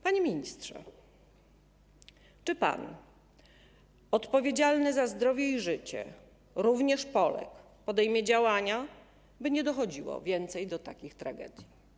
Panie ministrze, czy pan, odpowiedzialny za zdrowie i życie również Polek, podejmie działania, by nie dochodziło więcej do takich tragedii?